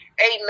Amen